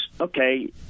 okay